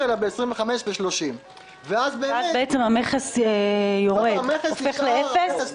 אלא ב-25% או 30%. אז המכס יורד לאפס?